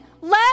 let